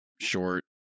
short